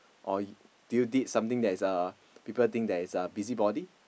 or do you did something that is uh people think that is a busybody